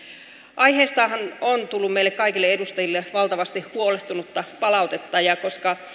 aiheestahan on tullut meille kaikille edustajille valtavasti huolestunutta palautetta ja koska